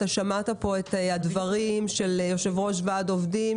אתה שמעת פה את הדברים של יושב ראש וועד העובדים,